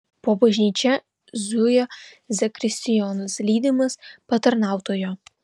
po bažnyčią zujo zakristijonas lydimas patarnautojo